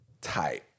type